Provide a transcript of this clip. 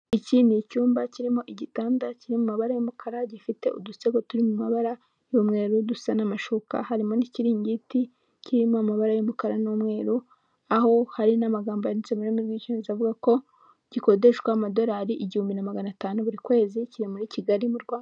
Iki ni icyumba kirimo igitanda kiri mu mabara y'umukara gifite udusego turi mu mabara y'umweru dusa n'amashuka, harimo n'ikiringiti kiri mu mabara y'umukara n'umweru, aho hari n'amagambo yanditse mururimi rw'icyongereza avuga ko gikodeshwa amadolari igihumbi na magana atanu buri kwezi, kiri muri Kigali mu Rwanda.